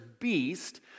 beast